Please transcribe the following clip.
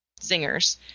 zingers